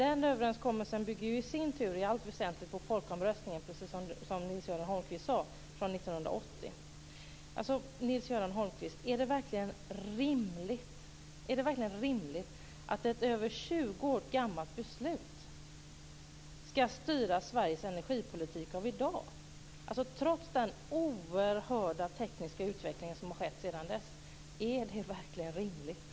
Den överenskommelsen bygger i sin tur i allt väsentligt på folkomröstningen från år 1980, precis som Nils-Göran Är det verkligen rimligt, Nils-Göran Holmqvist, att ett över 20 år gammalt beslut ska styra Sveriges energipolitik i dag, trots den oerhörda tekniska utveckling som skett sedan dess?